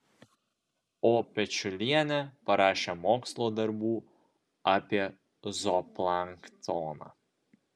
o pečiulienė parašė mokslo darbų apie zooplanktoną